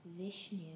Vishnu